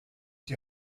die